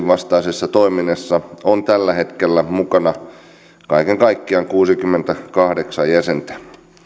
vastaisessa toiminnassa on tällä hetkellä mukana kaiken kaikkiaan kuusikymmentäkahdeksan jäsentä